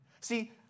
See